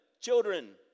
children